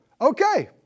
Okay